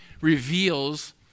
reveals